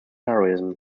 heroism